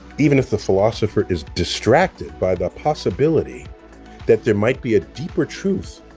even if the philosopher is distracted by the possibility that there might be a deeper truth